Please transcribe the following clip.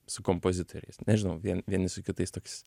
su kompozitoriais nežinau vien vieni su kitais toks